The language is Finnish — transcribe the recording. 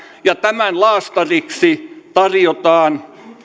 ja tämän laastariksi tarjotaan vain